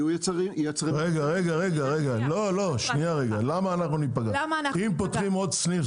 אם פותחים עוד סניף,